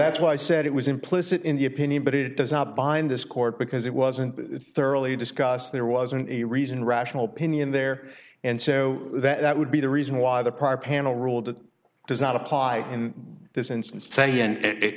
that's why i said it was implicit in the opinion but it does not bind this court because it wasn't thoroughly discussed there wasn't a reason rational pinioned there and so that would be the reason why the prior panel ruled that does not apply in this instance say in it